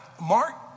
Mark